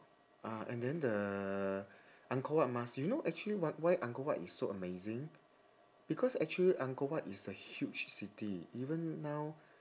uh and then the angkor wat must you know actually wh~ why angkor wat is so amazing because actually angkor wat is a huge city even now